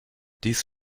dies